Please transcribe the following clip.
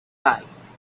eyes